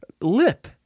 lip